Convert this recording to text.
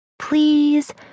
Please